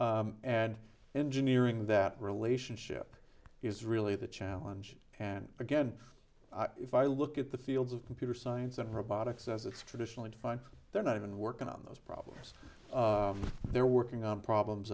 and engineering that relationship is really the challenge and again if i look at the fields of computer science and robotics as it's traditionally defined they're not even working on those problems they're working on problems